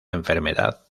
enfermedad